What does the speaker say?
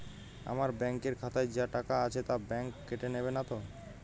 আমার ব্যাঙ্ক এর খাতায় যা টাকা আছে তা বাংক কেটে নেবে নাতো?